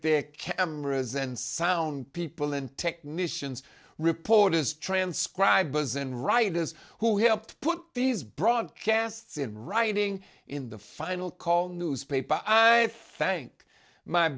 their cameras and sound people and technicians reporters transcribers and writers who helped put these broadcasts in writing in the final call newspaper i thank my